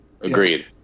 Agreed